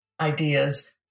ideas